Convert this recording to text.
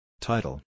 Title